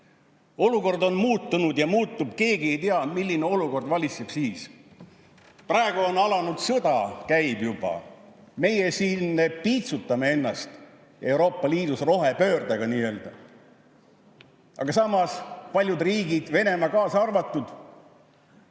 Olukord on muutunud ja muutub, keegi ei tea, milline olukord valitseb siis. Praegu on alanud sõda, see käib juba, aga meie siin piitsutamine ennast Euroopa Liidu rohepöördega. Samas, paljud riigid, Venemaa kaasa arvatud,